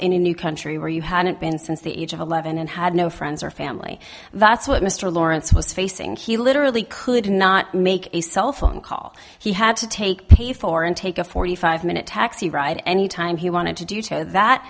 in a new country where you hadn't been since the age of eleven and had no friends or family that's what mr lawrence was facing he literally could not make a cell phone call he had to take pay for him take a forty five minute taxi ride anytime he wanted to do to that